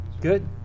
good